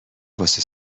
واسه